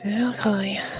Okay